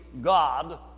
God